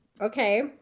Okay